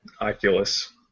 Oculus